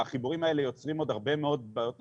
החיבורים האלה יוצרים עוד הרבה מאוד בעיות נוספות,